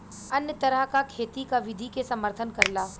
अन्य तरह क खेती क विधि के समर्थन करला